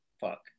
fuck